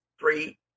three